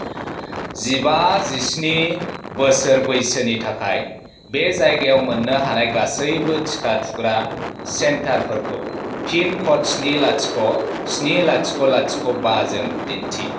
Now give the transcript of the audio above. जिबा जिस्नि बोसोर बैसोनि थाखाय बे जायगायाव मोन्नो हानाय गासैबो टिका थुग्रा सेन्टारफोरखौ पिनकड स्नि लाथिख' स्नि लाथिख' लाथिख' बाजों दिन्थि